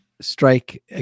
strike